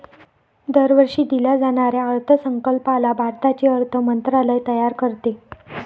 दरवर्षी दिल्या जाणाऱ्या अर्थसंकल्पाला भारताचे अर्थ मंत्रालय तयार करते